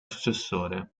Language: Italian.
successore